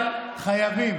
אבל חייבים,